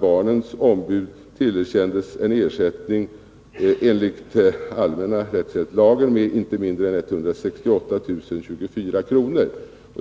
Barnens ombud tillerkändes en ersättning enligt allmänna rättshjälpslagen med inte mindre än 168 024 kr.